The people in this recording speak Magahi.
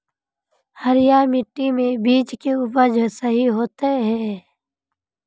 हरिया मिट्टी में बीज के उपज सही होते है?